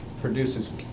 produces